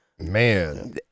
man